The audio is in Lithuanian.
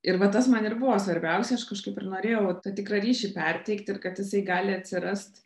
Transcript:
ir va tas man ir buvo svarbiausia aš kažkaip ir norėjau tą tikrą ryšį perteikti ir kad jisai gali atsirast